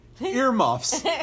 earmuffs